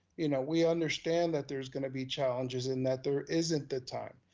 you know we understand that there's gonna be challenges and that there isn't the time.